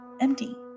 empty